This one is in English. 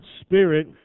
spirit